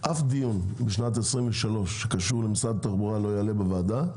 שאף דיון בשנת 2023 שקשור למשרד התחבורה לא יעלה בוועדה,